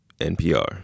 NPR